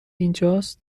اینجاست